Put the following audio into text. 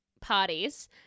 parties